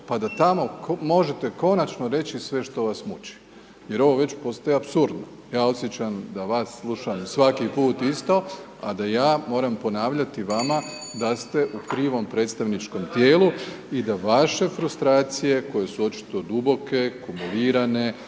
pa da tamo možete konačno reći sve što vas muči, jer ovo već postaje apsurdno. Ja osjećam da vas slušam svaki put isto a da ja moram ponavljati vama da ste u krivom predstavničkom tijelu i da vaše frustracije koje su očito duboke, kumulirane,